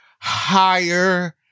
higher